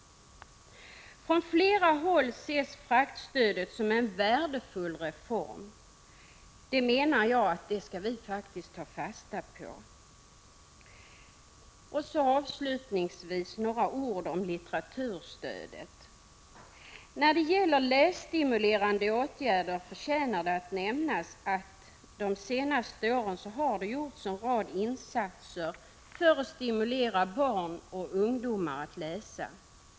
Från flera håll ses fraktstödet som en värdefull reform, och det menar jag att vi faktiskt skall ta fasta på. Jag vill avslutningsvis säga några ord om litteraturstödet. När det gäller lässtimulerande åtgärder förtjänar det att nämnas att det de senaste åren gjorts en rad insatser för att stimulera barn och ungdomar att läsa.